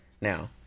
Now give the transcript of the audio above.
Now